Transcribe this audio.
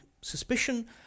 suspicion